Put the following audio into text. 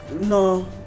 No